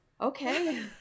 okay